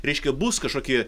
reiškia bus kažkokie